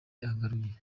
yagaruye